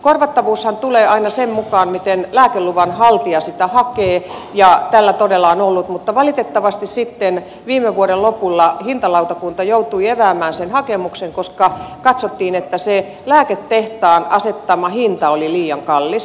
korvattavuushan tulee aina sen mukaan miten lääkeluvan haltija sitä hakee ja tällä todella on ollut mutta valitettavasti viime vuoden lopulla hintalautakunta joutui epäämään sen hakemuksen koska katsottiin että se lääketehtaan asettama hinta oli liian kallis